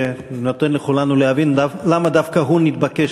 שנותן לכולנו להבין למה דווקא הוא התבקש